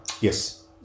Yes